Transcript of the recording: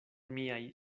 miaj